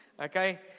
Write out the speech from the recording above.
Okay